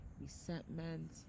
resentment